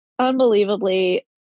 unbelievably